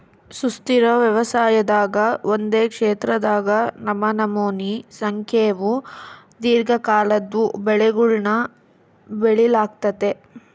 ಸುಸ್ಥಿರ ವ್ಯವಸಾಯದಾಗ ಒಂದೇ ಕ್ಷೇತ್ರದಾಗ ನಮನಮೋನಿ ಸಂಖ್ಯೇವು ದೀರ್ಘಕಾಲದ್ವು ಬೆಳೆಗುಳ್ನ ಬೆಳಿಲಾಗ್ತತೆ